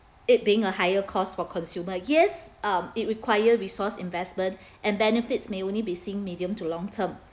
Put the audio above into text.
it being a higher costs for consumers yes um it require resource investment and benefits may only be seen medium to long term